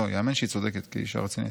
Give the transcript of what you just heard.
לא, ייאמן שהיא צודקת כי היא אישה רצינית.